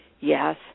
Yes